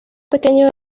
pequeño